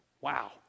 Wow